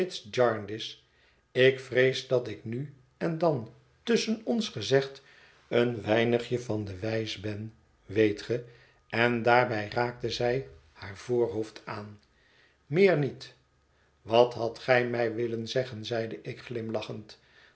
ik vrees dat ik nu en dan tusschen ons gezegd een weinigje van de wijs ben weet ge en daarbij raakte zij haar voorhoofd aan meer niet wat hadt gij mij willen zeggen zeide ik glimlachend